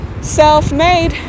Self-made